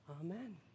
Amen